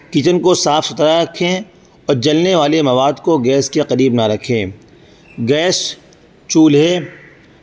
kitchen کو صاف ستھرا رکھیں اور جلنے والے مواد کو گیس کے قریب نہ رکھیں گیس چولھے